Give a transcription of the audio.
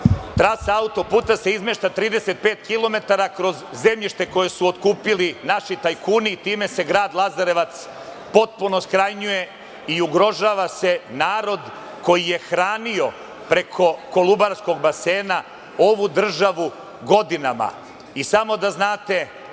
Hvala. Trasa auto-puta se izmešta 35 kilometara kroz zemljište koje su otkupili naši tajkuni i time se grad Lazarevac potpuno skrajnjuje i ugrožava se narod koji je hranio preko kolubarskog basena ovu državu godinama.I samo da znate